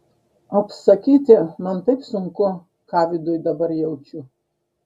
apsakyti man taip sunku ką viduj dabar jaučiu